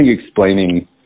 explaining